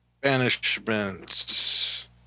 Banishments